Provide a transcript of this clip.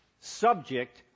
subject